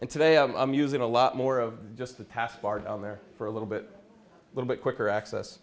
and today i'm using a lot more of just the path bar down there for a little bit little bit quicker access